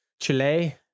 Chile